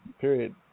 period